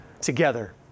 together